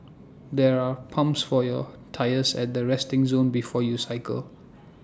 there are pumps for your tyres at the resting zone before you cycle